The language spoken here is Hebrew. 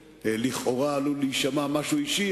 לכאורה עלול להישמע משהו אישי.